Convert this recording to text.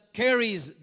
carries